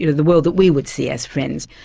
you know the world that we would see as friends.